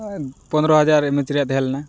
ᱯᱚᱫᱽᱨᱚ ᱡᱟᱦᱟᱨ ᱤᱢᱮᱡᱽ ᱨᱮᱭᱟᱜ ᱛᱮᱦᱮᱸᱞᱮᱱᱟ